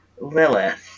Lilith